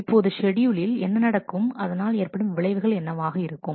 இப்போது ஷெட்யூலில் என்ன நடக்கும் அதனால் ஏற்படும் விளைவுகள் என்னவாக இருக்கும்